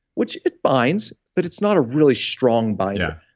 which it binds but it's not a really strong binder.